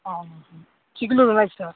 ଓଃ